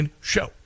show